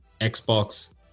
Xbox